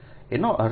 એનો અર્થ એ થાય છે